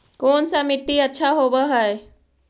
कोन सा मिट्टी अच्छा होबहय?